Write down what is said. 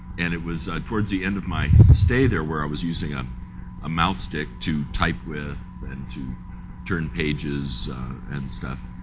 and it was towards the end of my stay there where i was using um a mouse stick to type with and to turn pages and stuff,